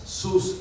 sus